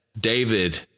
David